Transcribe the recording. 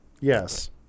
Yes